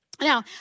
Now